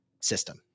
system